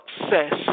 success